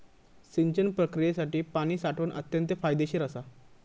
सिंचन प्रक्रियेसाठी पाणी साठवण अत्यंत फायदेशीर असा